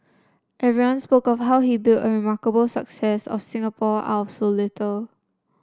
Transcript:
everyone spoke of how he built a remarkable success of Singapore out of so little